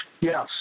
Yes